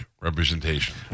representation